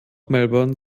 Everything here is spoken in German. melbourne